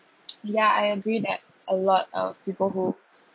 yeah I agree that a lot of people who